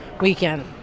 weekend